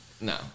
No